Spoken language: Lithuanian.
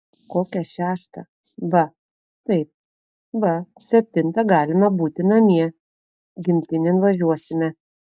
kokią šeštą va taip va septintą galima būti namie gimtinėn važiuosime